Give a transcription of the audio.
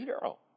girl